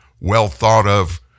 well-thought-of